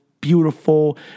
beautiful